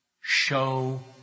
show